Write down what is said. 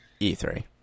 E3